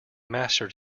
mastered